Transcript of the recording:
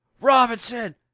Robinson